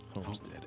Homestead